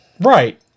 Right